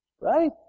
Right